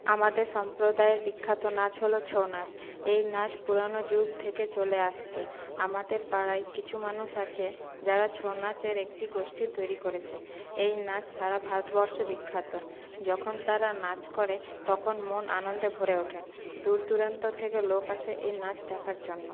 আমাদের সম্প্রদায়ের বিখ্যাত নাচ হল ছৌ নাচ এই নাচ পুরানো যুগ থেকে চলে আসছে আমাদের পাড়ায় কিছু মানুষ আছে যারা ছৌ নাচের একটি গোষ্ঠী তৈরি করেছে এই নাচ সারা ভারতবর্ষে বিখ্যাত যখন তারা নাচ করে তখন মন আনন্দে ভরে ওঠে দূর দুরান্ত থেকে লোক আসে এই নাচ দেখার জন্য